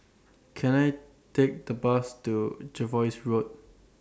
Can I Take The Bus to Jervois Road